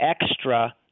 extra